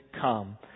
come